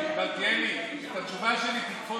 תאפשר לי להצביע מפה.